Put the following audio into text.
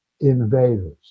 invaders